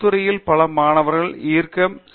தொழில் துறையிலும் பல மாணவர்கள் ஈர்க்க படுகிறார்கள்